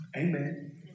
Amen